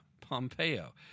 Pompeo